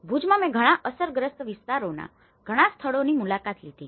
ભુજમાં મેં ઘણા અસરગ્રસ્ત વિસ્તારોના ઘણા સ્થળોની મુલાકાત લીધી